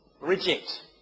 Reject